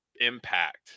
impact